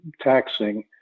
taxing